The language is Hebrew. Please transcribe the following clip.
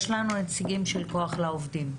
יש לנו נציגים של כוח לעובדים.